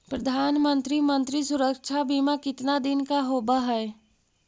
प्रधानमंत्री मंत्री सुरक्षा बिमा कितना दिन का होबय है?